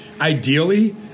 Ideally